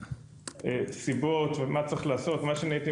מה שאני הייתי ממליץ ליושב-ראש הוועדה,